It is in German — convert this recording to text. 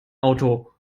auto